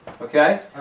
Okay